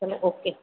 भले ओके